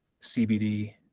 CBD